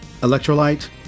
electrolyte